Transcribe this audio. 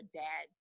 dad